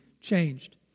changed